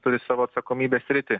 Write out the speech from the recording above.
turi savo atsakomybės sritį